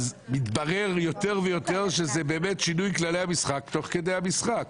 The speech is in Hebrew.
מתברר יותר ויותר שזה באמת שינוי כללי המשחק תוך כדי המשחק.